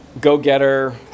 go-getter